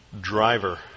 driver